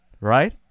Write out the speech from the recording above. Right